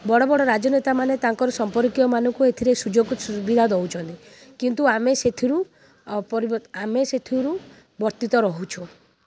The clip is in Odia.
ବଡ଼ ବଡ଼ ରାଜନେତା ମାନେ ତାଙ୍କର ସମ୍ପର୍କୀୟମାନଙ୍କୁ ଏଥିରେ ସୁଯୋଗ ସୁବିଧା ଦେଉଛନ୍ତି କିନ୍ତୁ ଆମେ ସେଥିରୁ ଅପରିବର୍ତ୍ତି ଆମେ ସେଥିରୁ ବର୍ତ୍ତିତ ରହୁଛୁ